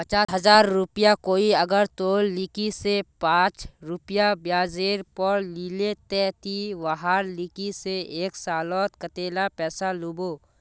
पचास हजार रुपया कोई अगर तोर लिकी से पाँच रुपया ब्याजेर पोर लीले ते ती वहार लिकी से एक सालोत कतेला पैसा लुबो?